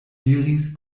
diris